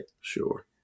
Sure